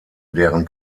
deren